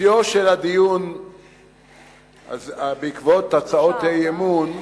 אופיו של הדיון בעקבות הצעות האי-אמון,